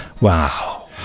wow